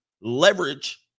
leverage